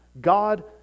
God